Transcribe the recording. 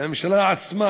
והממשלה עצמה,